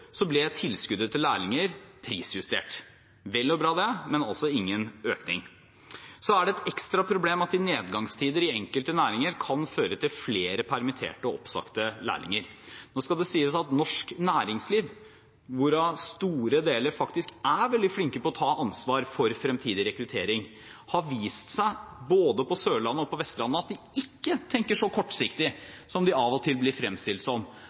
ble tilskuddet til lærlinger prisjustert, det er vel og bra, men det var altså ingen økning. Et ekstra problem er det at nedgangstider i enkelte næringer kan føre til flere permitterte og oppsagte lærlinger. Nå skal det sies at norsk næringsliv, hvorav store deler faktisk er veldig flinke til å ta ansvar for fremtidig rekruttering, ikke tenker så kortsiktig som det av og til blir fremstilt som, men er opptatt av å skjerme lærlinger og fremtidig arbeidskraft så godt de